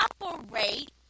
operate